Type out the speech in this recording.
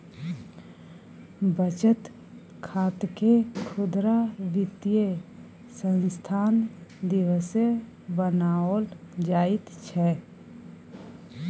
बचत खातकेँ खुदरा वित्तीय संस्थान दिससँ बनाओल जाइत छै